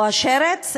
או השֶרץ?